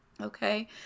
Okay